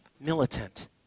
militant